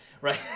right